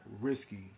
risky